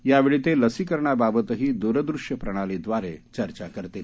यावेळी ते लसीकरणाबाबतही द्रदृश्य प्रणाली द्वारे चर्चा करतील